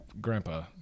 grandpa